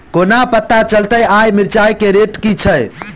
कोना पत्ता चलतै आय मिर्चाय केँ रेट की छै?